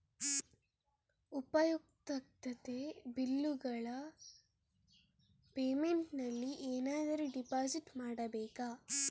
ಉಪಯುಕ್ತತೆ ಬಿಲ್ಲುಗಳ ಪೇಮೆಂಟ್ ನಲ್ಲಿ ಏನಾದರೂ ಡಿಪಾಸಿಟ್ ಮಾಡಬೇಕಾ?